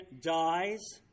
dies